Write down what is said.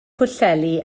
pwllheli